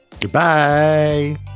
Goodbye